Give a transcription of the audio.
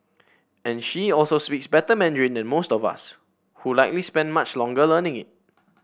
and she also speaks better Mandarin than most of us who likely spent much longer learning it